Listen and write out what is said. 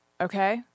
okay